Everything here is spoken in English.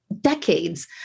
decades